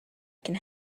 can